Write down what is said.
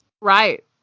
right